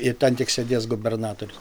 ir ten tik sėdės gubernatorius